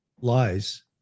lies